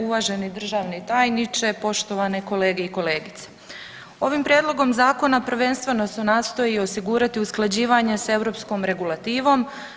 Uvaženi državni tajniče, poštovane kolege i kolegice ovim prijedlogom zakona prvenstveno se nastoji osigurati usklađivanje s europskom regulativom.